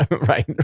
Right